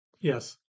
Yes